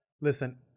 Listen